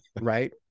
Right